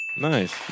nice